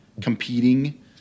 competing